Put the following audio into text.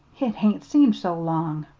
it hain't seemed so long.